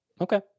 Okay